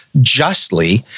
justly